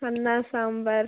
ಅನ್ನ ಸಾಂಬಾರು